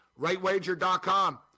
Rightwager.com